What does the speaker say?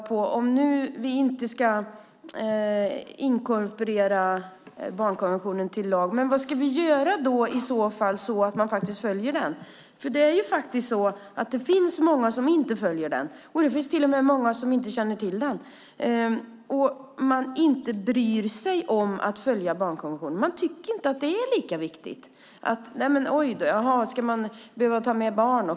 Om vi nu inte ska inkorporera barnkonventionen i lagen, vad ska vi göra så att den följs? Det finns många som inte följer barnkonventionen. Det finns till och med många som inte känner till den. Man bryr sig inte om att följa barnkonventionen. Man tycker inte att den är viktig: Ska barnen tas med?